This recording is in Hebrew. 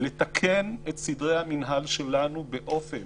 לתקן את סדרי המינהל שלנו באופן